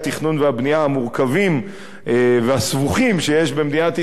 והבנייה המורכבים והסבוכים שיש במדינת ישראל,